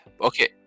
okay